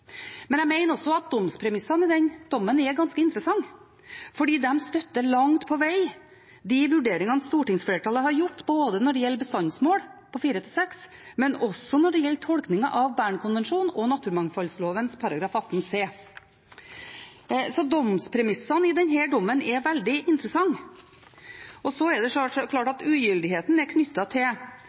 men også når det gjelder tolkningen av Bernkonvensjonen og naturmangfoldloven § 18 c. Domspremissene i denne dommen er veldig interessante. Så er det klart at ugyldigheten er knyttet til